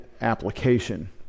application